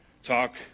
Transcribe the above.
talk